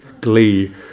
glee